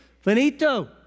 Finito